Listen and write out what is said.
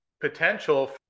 potential